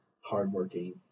hardworking